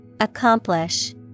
Accomplish